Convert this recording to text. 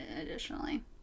additionally